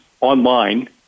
online